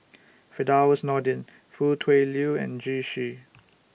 Firdaus Nordin Foo Tui Liew and Zhu Xu